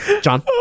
John